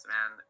Man